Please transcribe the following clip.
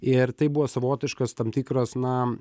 ir tai buvo savotiškas tam tikras na